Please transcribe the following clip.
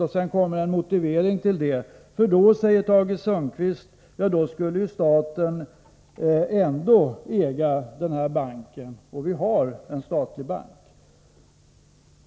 Tage Sundkvists motivering för detta förslag är att staten under sådana förhållanden fortfarande skulle vara ägare till banken, så att den skulle förbli en statlig bank.